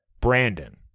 Brandon